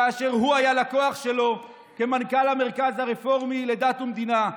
כאשר הוא היה לקוח שלו כמנכ"ל המרכז הרפורמי לדת ומדינה.